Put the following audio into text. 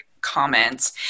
comments